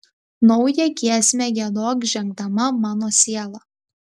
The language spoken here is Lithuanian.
naują giesmę giedok žengdama mano siela